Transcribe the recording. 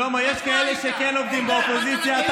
שלמה: יש כאלה שכן עובדים באופוזיציה.